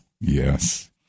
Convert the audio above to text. Yes